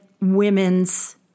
women's